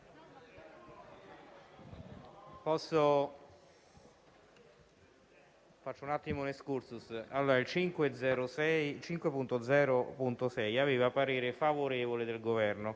5.0.6 aveva parere favorevole del Governo;